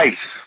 Ice